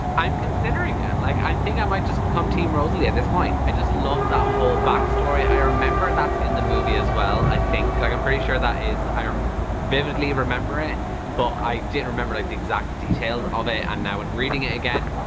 i'm considering it like i think i might just become team rosalie at this point. i just loved that whole back story i remember that's in the movie as well i think like i'm pretty sure that is i'm vividly remember it but i didn't remember like the exact details of it and now when reading it again,